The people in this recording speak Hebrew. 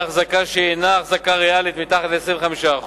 החזקה שאינה החזקה ריאלית מתחת ל-25%,